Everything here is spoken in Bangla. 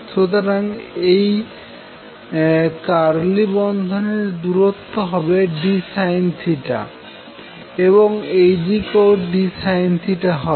সুতরাং এই কারলি বন্ধনীর দূরত্ব হবে dSin এবং এই দিকেও dSinহবে